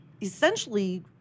essentially